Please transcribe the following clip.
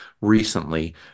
recently